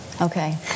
Okay